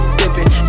dipping